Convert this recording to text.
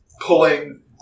pulling